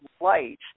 light